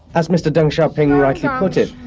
as mr deng zhao ping rightly put it,